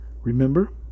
Remember